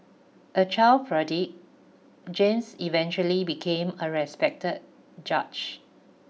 a child prodigy James eventually became a respected judge